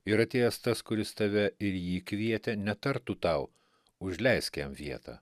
ir atėjęs tas kuris tave ir jį kvietė netartų tau užleisk jam vietą